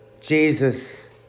Jesus